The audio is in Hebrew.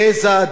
גזע,